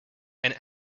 and